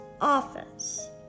office